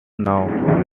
know